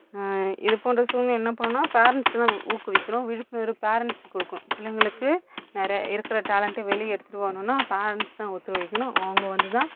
இதுப்போன்ற சூழ்நிலை என்ன பண்ணணுனா பேரென்ட்ஸு தான் ஊக்குவிக்கணும் விழிப்புணர்வு பேரென்ட்ஸுக்கு கொடுக்கணும் பிள்ளைங்களுக்கு நிறையா இருக்கிற டேலண்ட்டும் வெளியே எடுத்துகிட்டு வரணுனால் பேரென்ட்ஸ் தான் ஒத்துழைக்கணும் அவங்க வந்து தான்